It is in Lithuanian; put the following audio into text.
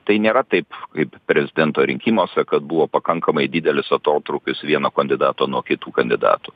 tai nėra taip kaip prezidento rinkimuose kad buvo pakankamai didelis atotrūkis vieno kandidato nuo kitų kandidatų